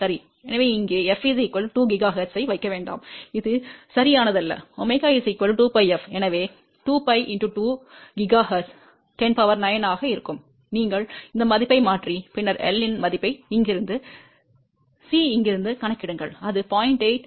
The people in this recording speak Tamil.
எனவே இங்கே f 2 GHz ஐ வைக்க வேண்டாம் இது சரியானதல்ல ω 2 πf எனவே 2 π × 2 GHz 109 ஆக இருக்கும் நீங்கள் அந்த மதிப்பை மாற்றி பின்னர் L இன் மதிப்பை இங்கிருந்து C இங்கிருந்து கணக்கிடுங்கள் அது 0